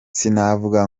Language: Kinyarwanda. sinavuga